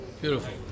Beautiful